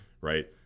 right